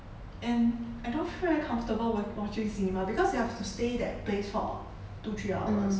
and I don't feel very comfortable wat~ watching cinema because you have to stay that place for two three hours